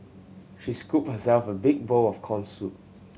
she scooped herself a big bowl of corn soup